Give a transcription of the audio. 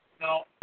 no